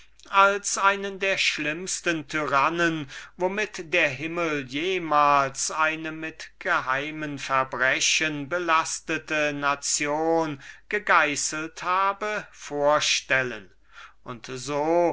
als einen der schlimmsten tyrannen womit der himmel jemals eine mit geheimen verbrechen belastete nation gegeißelt habe vorstellen und so